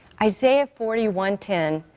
isaiah forty one ten,